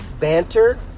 banter